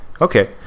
Okay